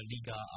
Liga